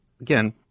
again